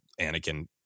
Anakin